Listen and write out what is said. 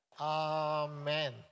Amen